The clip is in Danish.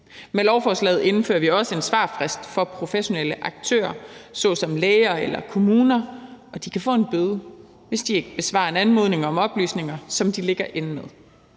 Med lovforslaget indfører vi også en svarfrist for professionelle aktører såsom læger og kommuner, og de kan få en bøde, hvis ikke de besvarer en anmodning om oplysninger, som de ligger inde med.